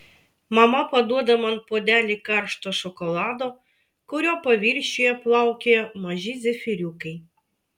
mama paduoda man puodelį karšto šokolado kurio paviršiuje plaukioja maži zefyriukai